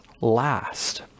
last